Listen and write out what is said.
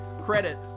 credit